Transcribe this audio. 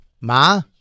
Ma